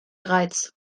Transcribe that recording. reiz